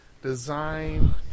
Design